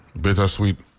bittersweet